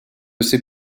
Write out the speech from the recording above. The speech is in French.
ces